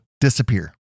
disappear